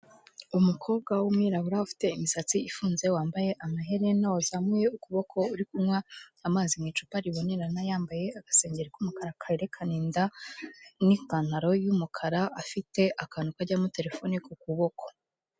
Umukobwa w'umwirabura ufite imisatsi ifunze, wambaye amaherena, wazamuye ukuboko uri kunywa amazi mu icupa ribonerana, yambaye agasengeri k'umukara kerekana inda, n'ipantaro y'umukara, afite akantu kajyamo terefoni ku kuboko.